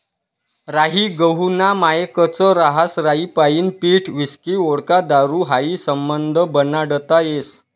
राई गहूना मायेकच रहास राईपाईन पीठ व्हिस्की व्होडका दारू हायी समधं बनाडता येस